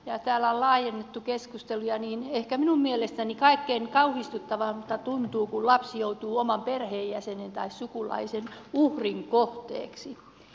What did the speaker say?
kun täällä on laajennettu keskustelua niin ehkä minun mielestäni kaikkein kauhistuttavimmalta tuntuu kun lapsi joutuu oman perheenjäsenensä tai sukulaisensa uhriksi